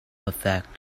effect